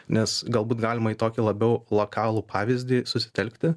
nes galbūt galima į tokį labiau lokalų pavyzdį susitelkti